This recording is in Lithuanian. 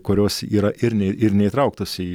kurios yra ir ir neįtrauktos į